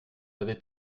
avez